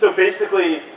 ah basically